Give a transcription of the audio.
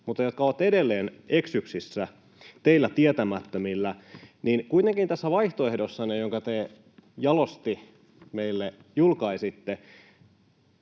mutta jotka ovat edelleen eksyksissä teillä tietämättömillä, niin kuitenkin tässä vaihtoehdossanne, jonka te jalosti meille julkaisitte,